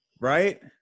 right